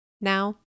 Now